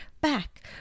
back